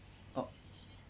oh